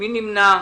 מי נמנע?